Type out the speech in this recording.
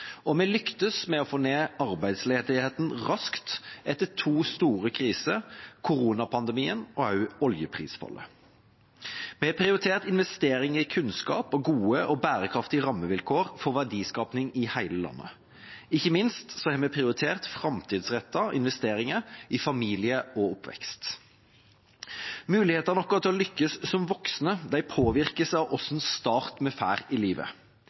og vi lyktes med å få ned arbeidsledigheten raskt etter to store kriser – koronapandemien og oljeprisfallet. Vi har prioritert investeringer i kunnskap og gode og bærekraftige rammevilkår for verdiskaping i hele landet. Ikke minst har vi prioritert framtidsrettede investeringer i familie og oppvekst. Mulighetene våre til å lykkes som voksne påvirkes av hvilken start vi får i livet.